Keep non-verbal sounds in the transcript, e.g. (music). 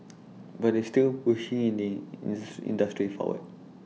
but it's still pushing in the (unintelligible) industry forward